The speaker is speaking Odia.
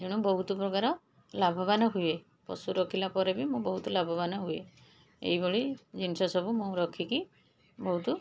ତେଣୁ ବହୁତ ପ୍ରକାର ଲାଭବାନ ହୁଏ ପଶୁ ରଖିଲାପରେ ବି ମୁଁ ବହୁତ ଲାଭବାନ ହୁଏ ଏଇଭଳି ଜିନିଷ ସବୁ ମୁଁ ରଖିକି ବହୁତ